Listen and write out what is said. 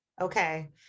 Okay